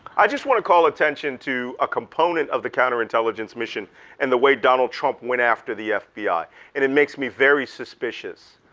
i just want to call attention to a component of the counterintelligence mission and the way donald trump went after the fbi and it makes me very suspicious.